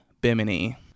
Bimini